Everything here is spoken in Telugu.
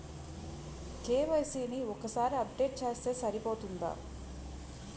కే.వై.సీ ని ఒక్కసారి అప్డేట్ చేస్తే సరిపోతుందా?